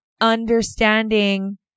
understanding